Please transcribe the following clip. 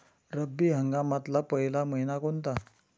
रब्बी हंगामातला पयला मइना कोनता?